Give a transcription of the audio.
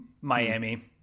Miami